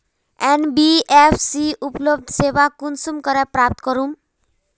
NBFC उपलब्ध सेवा कुंसम करे प्राप्त करूम?